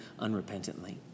unrepentantly